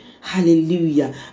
Hallelujah